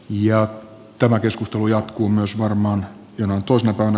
ja tämä keskustelu jatkuu myös varmaan jo nyt uusintana